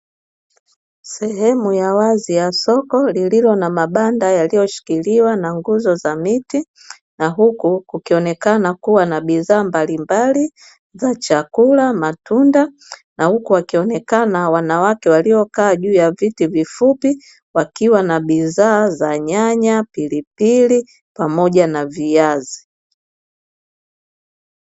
Sehemu ya wazi ya soko lililo na mabanda yaliyoshikiliwa na nguzo za miti na huku kukionekana kuwa na bidhaa mbalimbali za chakula, matunda na huku wakionekana wanawake waliokaa juu ya viti vifupi wakiwa na bidhaa za nyanya, pilipili pamoja na viazi.